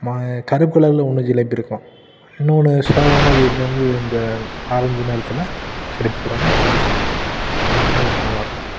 கருப்பு கலரில் ஒன்று ஜிலேபி இருக்கும் இன்னொன்று என்னாது வந்து இந்த ஆரஞ்சு நிறத்தில் ஜிலேபி போடுவாங்களே அந்த ஜிலேபி ரெண்டும் நல்லாயிருக்கும்